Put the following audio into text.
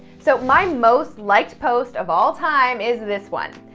so, my most liked post of all time is this one.